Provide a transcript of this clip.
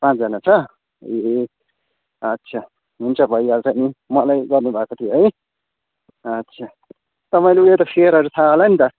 पाँचजना छ ए अच्छा हुन्छ भइहाल्छ नि मलाई गर्नुभएको थियो है अच्छा तपाईँले एउटा फेयरहरू थाहा होला नि त